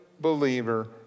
believer